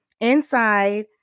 inside